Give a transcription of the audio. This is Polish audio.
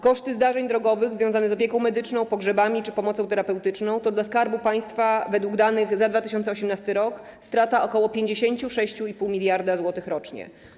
Koszty zdarzeń drogowych związane z opieką medyczną, pogrzebami czy pomocą terapeutyczną to dla Skarbu Państwa według danych za 2018 r. strata ok. 56,5 mld zł rocznie.